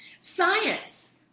Science